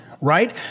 Right